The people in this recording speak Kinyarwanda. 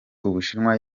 ubushinwa